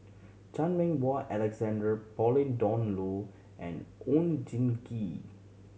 Chan Meng Wah Alexander Pauline Dawn Loh and Oon Jin Gee